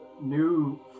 new